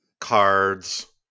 Cards